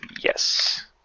yes